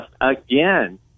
again